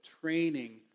training